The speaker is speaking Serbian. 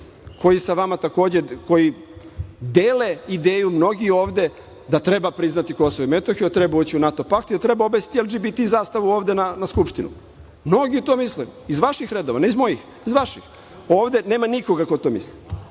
koji dele ideju mnogih ovde da treba priznati Kosovo i Metohiju, da treba ući u NATO pakt i da treba obesiti LGBT zastavu na Skupštini. Mnogi to misle iz vaših redova, ne iz mojih, iz vaših. Ovde nema nikoga ko to misli,